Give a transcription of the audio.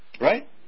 Right